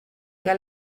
què